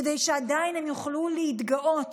כדי שעדיין הם יוכלו להתגאות